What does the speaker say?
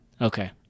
Okay